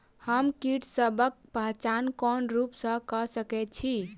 हम कीटसबक पहचान कोन रूप सँ क सके छी?